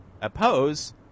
oppose